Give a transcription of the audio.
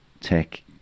tech